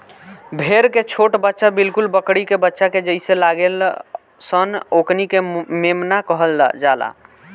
भेड़ के छोट बच्चा बिलकुल बकरी के बच्चा के जइसे लागेल सन ओकनी के मेमना कहल जाला